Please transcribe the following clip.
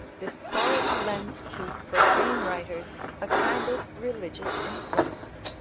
this quality lends to profane writers a kind of religious influence.